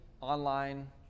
online